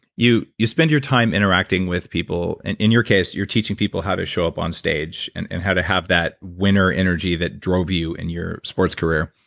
you you spend your time interacting with people. and in your case, you're teaching people how to show up on stage and and how to have that winner energy that drove you in your sports career.